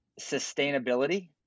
sustainability